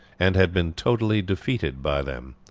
and had been totally defeated by them,